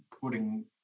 putting